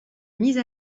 mise